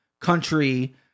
country